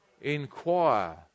inquire